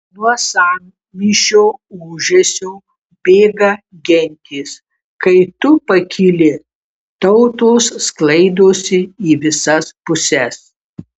nuo sąmyšio ūžesio bėga gentys kai tu pakyli tautos sklaidosi į visas puses